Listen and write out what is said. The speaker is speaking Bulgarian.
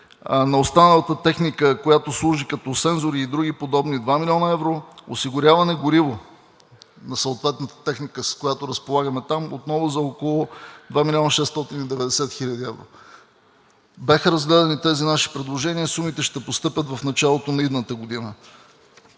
на останалата техника, която служи като сензори и други подобни – 2 млн. евро; осигуряване на гориво на съответната техника, с която разполагаме там – отново за около 2 млн. 690 хил. евро. Бяха разгледани тези наши предложения. Сумите ще постъпят в началото на идната година.